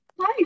Hi